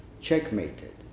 checkmated